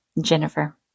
Jennifer